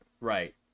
right